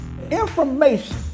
Information